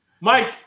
Mike